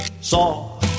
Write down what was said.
saw